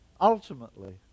Ultimately